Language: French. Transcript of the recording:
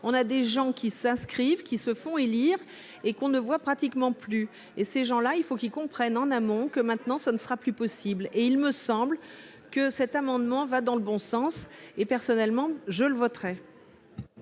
on a des gens qui s'inscrivent qui se font élire et qu'on ne voit pratiquement plus et ces gens-là, il faut qu'il comprenne en amont que maintenant, ce ne sera plus possible, et il me semble que cet amendement va dans le bon sens, et personnellement je le voterai.